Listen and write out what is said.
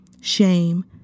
shame